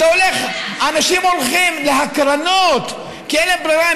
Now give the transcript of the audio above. אנשים הולכים להקרנות כי אין להם ברירה.